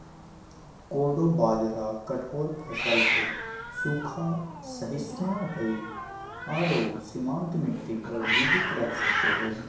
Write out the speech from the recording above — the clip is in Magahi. कोडो बाजरा कठोर फसल हइ, सूखा, सहिष्णु हइ आरो सीमांत मिट्टी पर जीवित रह सको हइ